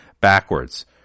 backwards